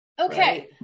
okay